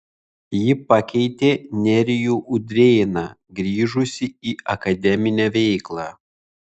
ji pakeitė nerijų udrėną grįžusį į akademinę veiklą